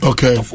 Okay